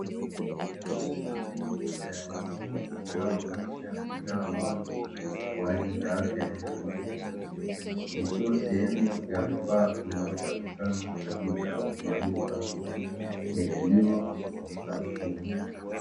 Boksi lenye picha ya ng'ombe, linaloonyesha bidhaa maalumu kwa ajili ya afya ya mifugo, ikiwa sehemu ya vifaa vinavyopatikana katika maduka ya kilimo na mifugo.